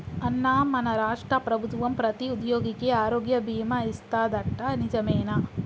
అన్నా మన రాష్ట్ర ప్రభుత్వం ప్రతి ఉద్యోగికి ఆరోగ్య బీమా ఇస్తాదట నిజమేనా